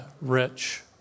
rich